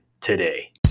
today